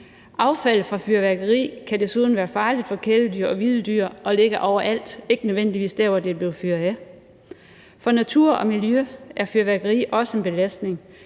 Affaldet fra fyrværkeri kan desuden være farligt for kæledyr og vilde dyr og ligger overalt og ikke nødvendigvis der, hvor det er blevet fyret af. For natur og miljø er fyrværkeri også en belastning.